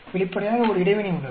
வெளிப்படையாக ஒரு இடைவினை உள்ளது